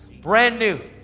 brand new.